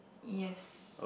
yes